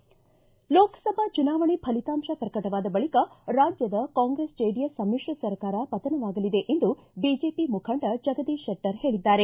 ಲೋಕಸಭಾ ಚುನಾವಣೆ ಫಲಿತಾಂಶ ಪ್ರಕಟವಾದ ಬಳಿಕ ರಾಜ್ಯದ ಕಾಂಗ್ರೆಸ್ ಜೆಡಿಎಸ್ ಸಮಿಶ್ರ ಸರ್ಕಾರ ಪತನವಾಗಲಿದೆ ಎಂದು ಬಿಜೆಪಿ ಮುಖಂಡ ಜಗದೀಶ ಶೆಟ್ಟರ್ ಹೇಳದ್ದಾರೆ